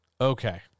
Okay